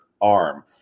arm